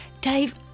Dave